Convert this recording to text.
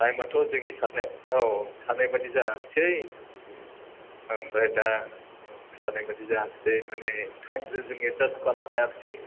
टाइमआथ' जोंनि साननाय औ साननाय बायदि जायाखिसै ओमफ्राय दा खिथानायबायदि जायासै मानि टाइम जों एडजास्ट खालामनो हायाखिसै